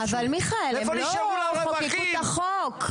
אבל מיכאל, הם לא חוקקו את החוק.